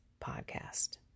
podcast